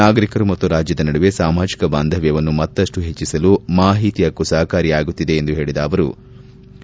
ನಾಗರಿಕರು ಮತ್ತು ರಾಜ್ಯದ ನಡುವೆ ಸಾಮಾಜಿಕ ಬಾಂಧವ್ಯವನ್ನು ಮತ್ತಪ್ಪು ಹೆಚ್ಚಿಸಲು ಮಾಹಿತಿ ಹಕ್ಕು ಸಹಕಾರಿಯಾಗುತ್ತಿದೆ ಎಂದು ಹೇಳದ ಅವರು ಹೇಳಿದ್ದಾರೆ